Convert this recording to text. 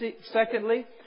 Secondly